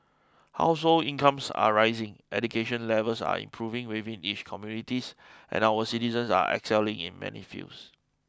household incomes are rising education levels are improving within each communities and our citizens are excelling in many fields